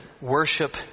worship